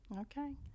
Okay